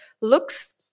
looks